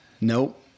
Nope